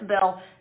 bill